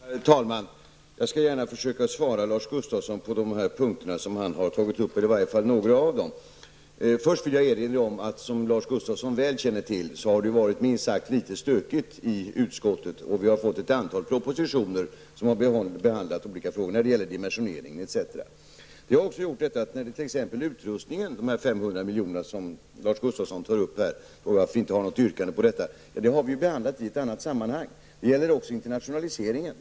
Herr talman! Jag skall gärna försöka svara Lars Gustafsson på de punkter som han har tagit upp, eller i varje fall några av dem. Först vill jag erinra om att, som Lars Gustafsson väl känner till, det har varit minst sagt litet stökigt i utskottet. Vi har fått ett antal propositioner som har behandlat olika frågor när det gäller dimensionering etc. Detta har också bidragit till att vi inte har något yrkande när det gäller t.ex. utrustningen och de 500 miljoner som Lars Gustafsson tog upp. Det har vi behandlat i ett annat sammanhang. Det gäller också internationaliseringen.